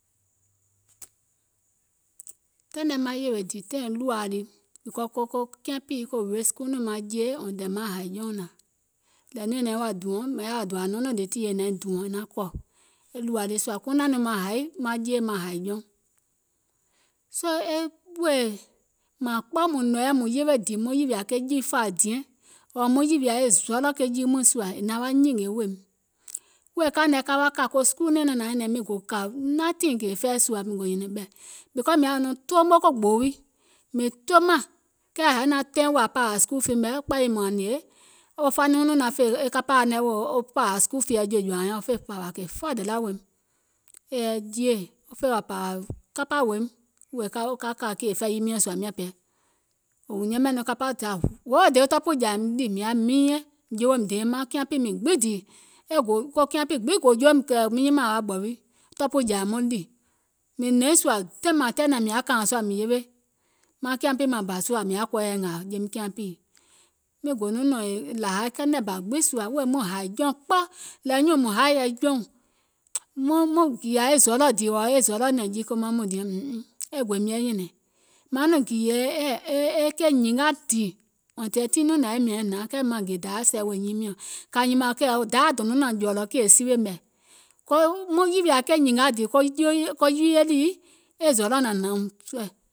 Taìŋ nɛ maŋ yèwè dìì tȧìŋ ɗùȧa lii, because ko kiȧŋpìi ko ricks kuŋ nɔŋ maŋ jeè until maŋ hàì jɔùŋ naȧŋ, nȧȧŋ nɔŋ naiŋ wa dùɔ̀ŋ mìŋ yaȧ wa dòȧ nɔɔnɔŋ le tìyèe è naiŋ kɔ̀ e ɗùȧ lii sùȧ kuŋ naȧŋ nɔŋ maŋ haì maŋ jeè maŋ hàì jɔùŋ, soo e wèè mȧȧŋ kpɔ mùŋ yewe dìì muŋ yìwìȧ ke jii fȧa diɛŋ ɔ̀ɔ̀ muŋ yìwìȧ e zɔlɔ̀ ke jii mɔɛ̀ŋ sùȧ è naŋ wa nyìngè weèim, wèè kȧìŋ nɛ ka wa kȧ school nɛ̀ɛŋ naŋ nȧaŋ nyɛ̀nɛ̀ŋ miŋ gò kȧ nantìŋ kèè fɛi sùȧ miŋ gò nyɛ̀nɛ̀ŋ ɓɛ̀ because mìŋ yaȧ wa nɔŋ toomo ko gboo wii, mìŋ tomȧŋ, kɛɛ hai naȧŋ taìŋ wèè aŋ pȧȧwȧ school fee mɛ̀ kpȧyiim wȧȧŋ ngèè wo fanuuŋ nɔɔ̀ŋ naŋ fè e kapȧuŋ nɛ̀ wèè wo pȧȧwȧ school feeɛ̀ jè jɔ̀ȧauŋ nyȧŋ, wo fè pȧȧwȧ kè faadaalȧ weèim e yɛi jeè, aŋ fè wa pȧȧwȧ kapȧ wèeìm wèè ka kȧ kèè fɛiyi miɔ̀ŋ sùȧ miȧŋ pɛɛ, wò yɛmɛ̀ nɔŋ kapȧ zȧ, hold day tɔpù jȧȧìm ɗì mìŋ yaȧ miinyɛŋ mìŋ jowo mìŋ deye maŋ kiaŋpì miiŋ gbiŋ dìì, ko kiȧŋpì gbiŋ gò joo kɛ̀ miŋ nyimȧȧŋ wa ɓɛ̀ wii, tɔpù jȧȧim muŋ ɗì, mìŋ nɔ̀iŋ sùȧ taìŋ mȧȧŋ taìŋ nɛɛ̀ mìŋ yaȧ kȧȧìŋ sùȧ mìŋ yewe maŋ kiaŋpì maŋ bȧ sùȧ mìŋ yaȧ kɔɔyɛ ngȧȧ jeim kiaŋpìi, miŋ gò nɔŋ nɔ̀ŋ lȧhai kɛnɛ bȧ gbiŋ sùȧ wèè maŋ hȧì jɔùŋ kpɔ nȧȧŋ nyùùŋ mùŋ haì yɛi jɔùŋ maŋ gììyȧ e zɔlɔ̀ ɔ̀ɔ̀ e zɔlɔ̀ nɔ̀ŋ jii komaŋ mɔɛ̀ŋ diɛŋ e gòìm yɛi nɔ̀ŋ, maŋ nɔŋ gììyè e keì nyìnga dìì until tiŋ nɔŋ nȧŋ yaȧim nȧaŋ, kɛɛ maŋ gè dayȧ sɛ̀ wèè nyiiŋ miɔ̀ŋ, kȧ nyìmȧŋ kɛ̀ dayȧ do nɔŋ nȧŋ jɔ̀ɔ̀lɔ̀ kèì siwè mɛ̀, maŋ yìwìȧ keì nyìnga dìì ko jiiɗìi e zɔlɔ̀ nȧŋ nɔ̀ùm sùȧ,